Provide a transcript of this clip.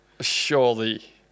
Surely